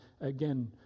again